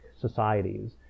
societies